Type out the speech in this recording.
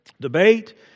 debate